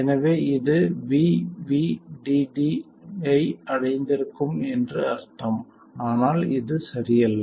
எனவே இது V VDD ஐ அடைந்திருக்கும் என்று அர்த்தம் ஆனால் இது சரியல்ல